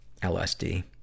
LSD